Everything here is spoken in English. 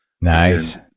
Nice